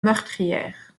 meurtrière